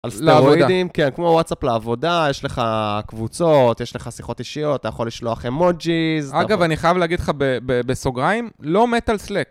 על סטרואידים, כמו וואטסאפ לעבודה, יש לך קבוצות, יש לך שיחות אישיות, אתה יכול לשלוח אמוג'יז. אגב, אני חייב להגיד לך בסוגריים, לא מת על סלאק.